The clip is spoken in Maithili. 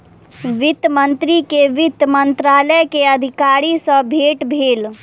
वित्त मंत्री के वित्त मंत्रालय के अधिकारी सॅ भेट भेल